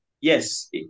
Yes